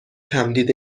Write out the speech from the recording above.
تمدید